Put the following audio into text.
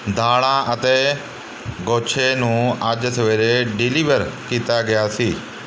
ਦਾਲ਼ਾਂ ਅਤੇ ਗੁੱਛੇ ਨੂੰ ਅੱਜ ਸਵੇਰੇ ਡਿਲੀਵਰ ਕੀਤਾ ਗਿਆ ਸੀ